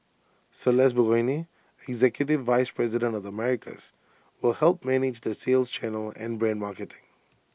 celeste Burgoyne executive vice president of the Americas will help manage the sales channel and brand marketing